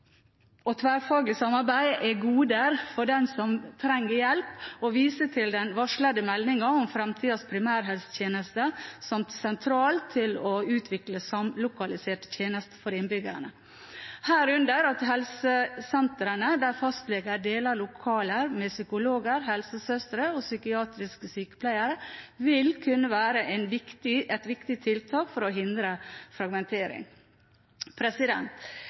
og tverrfaglig samarbeid er goder for dem som trenger hjelp, og viser til den varslede meldingen om fremtidens primærhelsetjeneste som sentral for å utvikle samlokaliserte tjenester for innbyggerne – herunder at helsesentre, der fastleger deler lokaler med psykologer, helsesøstre og psykiatriske sykepleiere, vil kunne være et viktig tiltak for å hindre fragmentering.